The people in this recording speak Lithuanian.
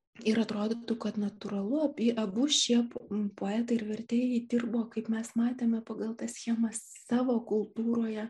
ir atrodytų kad natūralu apie abu šie poetai ir vertėjai dirbo kaip mes matėme pagal tą schemą savo kultūroje